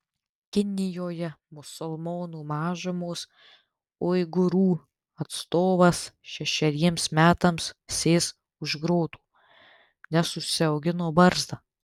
kinijoje musulmonų mažumos uigūrų atstovas šešeriems metams sės už grotų nes užsiaugino barzdą